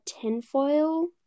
tinfoil